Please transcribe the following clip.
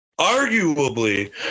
Arguably